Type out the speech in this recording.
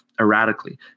erratically